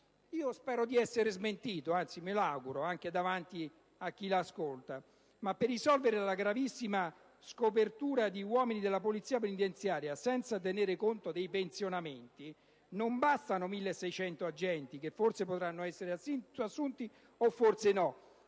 Spero di essere smentito, anzi me lo auguro: ma per risolvere la gravissima scopertura di uomini della Polizia penitenziaria, senza tenere conto dei pensionamenti, non bastano i 1.600 agenti, che forse potranno essere assunti, forse no;